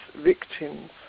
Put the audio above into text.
victims